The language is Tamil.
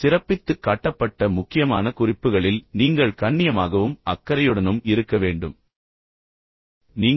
சிறப்பித்துக் காட்டப்பட்ட முக்கியமான குறிப்புகளில் நீங்கள் கண்ணியமாகவும் அக்கறையுடனும் இருக்க வேண்டும் என்று நான் கேட்டுக்கொண்டேன்